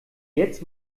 jetzt